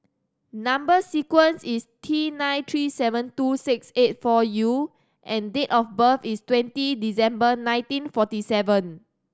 number sequence is T nine three seven two six eight four U and date of birth is twenty December nineteen forty seven